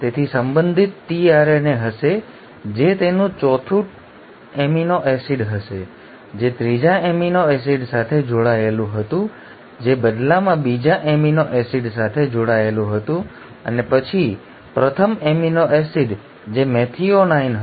તેથી સંબંધિત tRNA હશે જે તેનું ચોથું એમિનો એસિડ હશે જે ત્રીજા એમિનો એસિડ સાથે જોડાયેલું હતું જે બદલામાં બીજા એમિનો એસિડ સાથે જોડાયેલું હતું અને પછી પ્રથમ એમિનો એસિડ જે મેથિઓનાઇન હતું